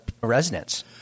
residents